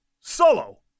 Solo